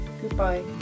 Goodbye